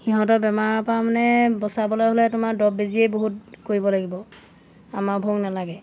সিহঁতৰ বেমাৰৰ পৰা মানে বচাবলৈ হ'লে তোমাৰ দ্ৰৱ বেজিয়েই বহুত কৰিব লাগিব আমাৰবোৰক নালাগে